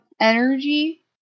energy